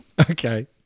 Okay